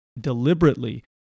deliberately